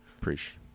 Preach